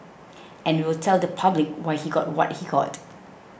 and we will tell the public why he got what he got